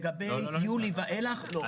לגבי יולי ואילך, לא.